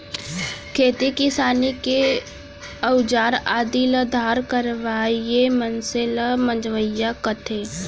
खेती किसानी के अउजार आदि ल धार करवइया मनसे ल मंजवइया कथें